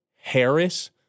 Harris